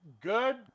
Good